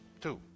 two